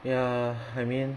ya I mean